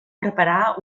preparar